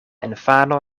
infano